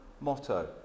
motto